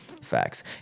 facts